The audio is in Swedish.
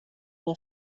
din